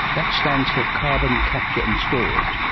that stands for carbon capture and storage,